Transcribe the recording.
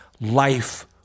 life